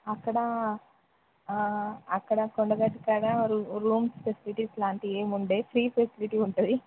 అక్కడ అక్కడ కొండగట్టు కాడ రూ రూమ్స్ ఫెసిలిటీస్ లాంటివి ఏమీ ఉండవు ఫ్రీ ఉంటుంది